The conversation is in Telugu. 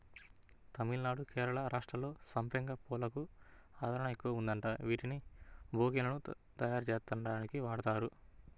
తమిళనాడు, కేరళ రాష్ట్రాల్లో సంపెంగ పూలకు ఆదరణ ఎక్కువగా ఉందంట, వీటిని బొకేలు తయ్యారుజెయ్యడానికి వాడతారు